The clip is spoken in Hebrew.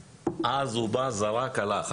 אז הוא בא, חזר, הלך.